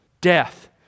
Death